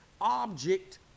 object